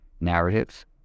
narratives